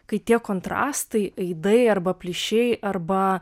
kai tie kontrastai aidai arba plyšiai arba